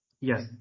yes